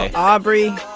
ah ah aubrey